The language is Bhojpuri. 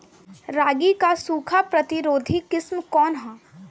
रागी क सूखा प्रतिरोधी किस्म कौन ह?